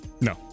No